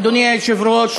אדוני היושב-ראש,